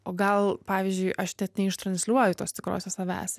o gal pavyzdžiui aš net ne iš transliuoju tos tikrosios savęs